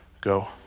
go